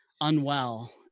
unwell